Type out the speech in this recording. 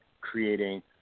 creating